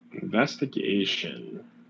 Investigation